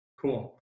cool